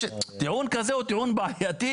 טיעון כזה הוא טיעון בעייתי.